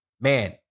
man